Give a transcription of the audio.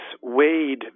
weighed